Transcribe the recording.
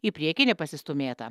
į priekį nepasistūmėta